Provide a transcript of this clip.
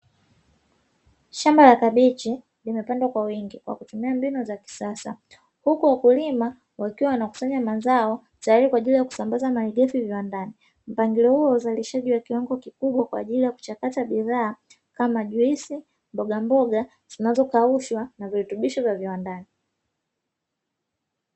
Shamba la kabichi limepandwa kwa wingi kwa kutumia mbinu za kisasa, huku wakulima wakiwa wana kusanya mazao tayari kwa ajili ya kusambaza malighafi viwandani, mpangilio huo wa uzalishaji wa kiwango kikubwa kwa ajili ya kuchakata bidhaa kama: juisi, mbogamboga zinazo kaushwa na virutubisho vya viwandani.